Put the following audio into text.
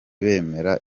bemera